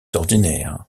ordinaires